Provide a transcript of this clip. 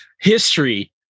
history